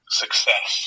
success